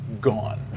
gone